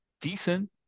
decent